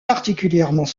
particulièrement